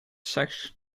sex